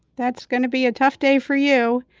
that's gonna be a tough day for you.